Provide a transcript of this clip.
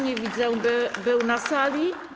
Nie widzę, by był na sali.